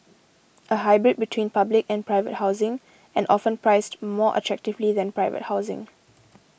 a hybrid between public and private housing and often priced more attractively than private housing